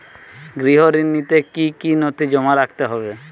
গৃহ ঋণ নিতে কি কি নথি জমা রাখতে হবে?